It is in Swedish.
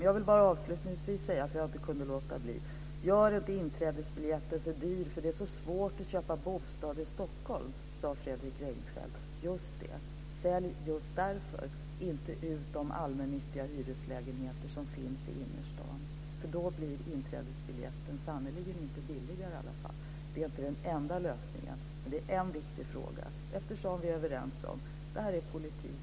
Jag vill avslutningsvis säga något som jag inte kan låta bli att säga. Gör inte inträdesbiljetten för dyr, för det är så svårt att köpa bostad i Stockholm, sade Fredrik Reinfeldt. Just det. Sälj just därför inte ut de allmännyttiga hyreslägenheter som finns i innerstaden. Då blir inträdesbiljetten sannerligen inte billigare i varje fall. Det är inte den enda lösningen, men det är en viktig fråga, eftersom vi är överens om att det också är politik.